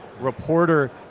reporter